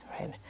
right